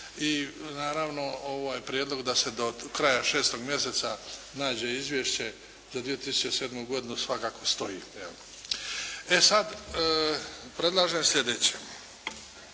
i naravno ovaj prijedlog da se do kraja 6. mjeseca nađe izvješće za 2007. godinu svakako stoji, evo. E sada predlažem sljedeće.